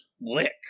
lick